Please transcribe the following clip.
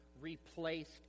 replaced